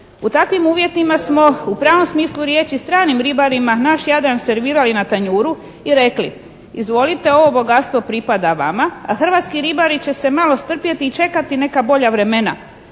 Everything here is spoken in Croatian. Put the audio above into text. U takvim uvjetima smo u pravom smislu riječi stranim ribarima naš Jadran servirali na tanjuru i rekli: «Izvolite. Ovo bogatstvo pripada vama, a hrvatski ribari će se malo strpjeti i čekati neka bolja vremena.»